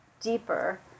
deeper